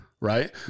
Right